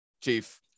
Chief